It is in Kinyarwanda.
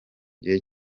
gihe